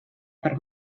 per